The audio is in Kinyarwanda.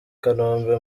kanombe